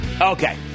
Okay